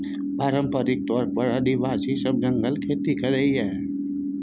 पारंपरिक तौर पर आदिवासी सब जंगलक खेती करय छै